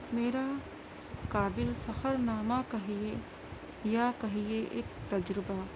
میرا قابل فخر نامہ کہیے یا کہیے اک تجربہ